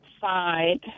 side